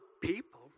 people